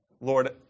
Lord